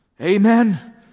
amen